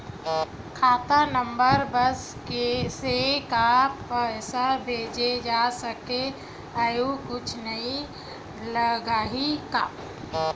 खाता नंबर बस से का पईसा भेजे जा सकथे एयू कुछ नई लगही का?